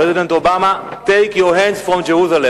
President Obama, take your hands from Jerusalem,